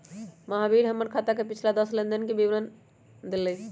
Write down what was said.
महावीर हमर खाता के पिछला दस लेनदेन के विवरण के विवरण देलय